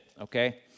Okay